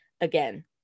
again